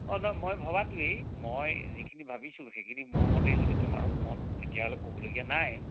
মই ভবাটোৱে মই যিখিনি ভাবিছোঁ সেইখিনি মোৰ মতে যদি তোমাৰো মত তেতিয়াহ'লে কবলগীয়া নাই